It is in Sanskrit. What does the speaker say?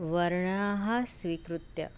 वर्णाः स्वीकृत्य